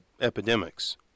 epidemics